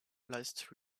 last